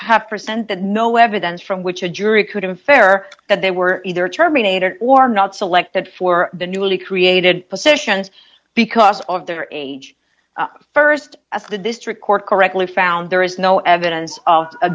have presented no evidence from which a jury could have fair that they were either terminator or not selected for the newly created positions because of their age st as the district court correctly found there is no evidence of a